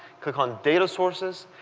click on data sources,